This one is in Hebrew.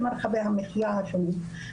במרחבי המחייה השונים.